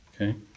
Okay